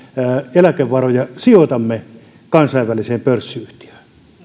eläkevaroja sijoitamme kansainväliseen pörssiyhtiöön